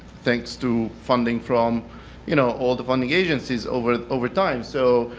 thanks to funding from you know all the funding agencies over over time. so